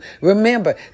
Remember